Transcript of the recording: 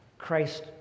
Christ